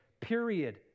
period